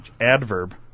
adverb